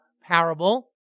parable